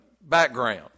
background